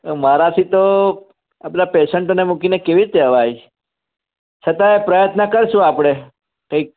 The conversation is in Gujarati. મારાથી તો આ પેલા પેશન્ટોને મૂકીને કેવી રીતે અવાય છતાંય પ્રયત્ન કરશું આપણે કંઈક